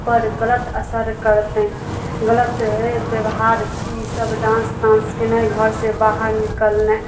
पर गलत असर करतै गलत व्यवहार छी सब डांस तांस केनाइ घर से बाहर निकलनाइ